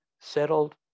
settled